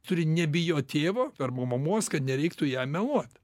turi nebijot tėvo arba mamos kad nereiktų jam meluot